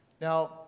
now